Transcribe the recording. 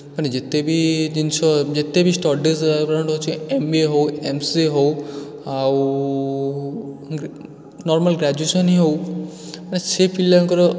ମାନେ ଯେତେ ବି ଜିନିଷ ଯେତେ ବି ଷ୍ଟଡ଼ିଜ୍ ଏରାଉଣ୍ଡ୍ ଅଛି ଏମ୍ ବି ଏ ହେଉ ଏମ୍ ସି ଏ ହେଉ ଆଉ ନର୍ମାଲ୍ ଗ୍ରାଜୁଏସନ୍ ହି ହେଉ ମାନେ ସେ ପିଲାଙ୍କର